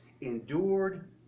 endured